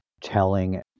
telling